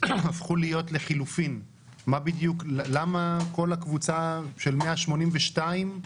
הפכו להיות לחילופין, למה כל הקבוצה של 182,